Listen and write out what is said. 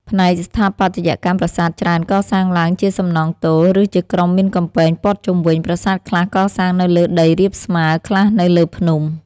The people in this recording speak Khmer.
ផ្នែកស្ថាបត្យកម្ម ប្រាសាទច្រើនកសាងឡើងជាសំណង់ទោល ឬជាក្រុមមានកំពែងព័ទ្ធជុំវិញ ប្រាសាទខ្លះកសាងនៅលើដីរាបស្មើ ខ្លះនៅលើភ្នំ។